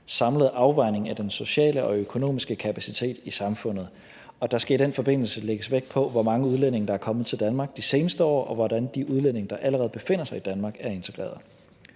samlet afvejning af den sociale og økonomiske kapacitet i samfundet. Der skal i den forbindelse lægges vægt på, hvor mange udlændinge der er kommet til Danmark de seneste år, og hvordan de udlændinge, der allerede befinder sig i Danmark, er integreret.